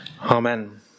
Amen